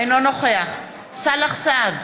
אינו נוכח סאלח סעד,